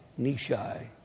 nishai